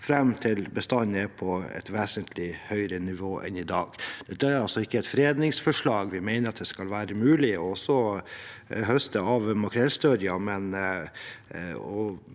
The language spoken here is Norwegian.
fram til bestanden er på et vesentlig høyere nivå enn i dag». Det er altså ikke et fredningsforslag, for vi mener at det skal være mulig å høste også av makrellstørjen,